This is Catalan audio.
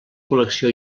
col·lecció